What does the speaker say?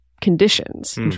conditions